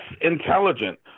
intelligent